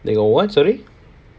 they got what sorry